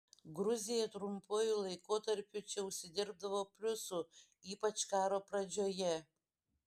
gruzija trumpuoju laikotarpiu čia užsidirbdavo pliusų ypač karo pradžioje